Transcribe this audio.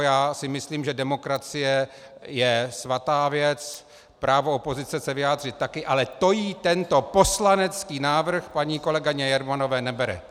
Já si myslím, že demokracie je svatá věc, právo opozice se vyjádřit taky, ale to jí tento poslanecký návrh paní kolegyně Jermanové nebere.